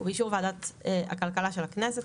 ובאישור וועדת הכלכלה של הכנסת,